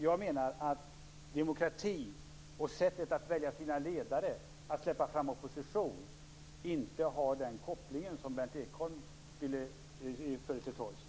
Jag menar att demokrati och sättet att välja sina ledare, att släppa fram opposition inte har den koppling som Berndt Ekholm förde till torgs.